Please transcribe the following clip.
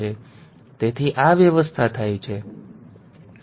તેથી આ વ્યવસ્થા થાય છે